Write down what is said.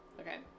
Okay